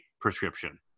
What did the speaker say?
prescription